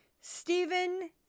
Stephen